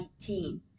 2019